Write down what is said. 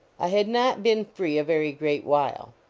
i had not been free a very great while.